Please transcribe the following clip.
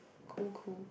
cool cool